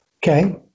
Okay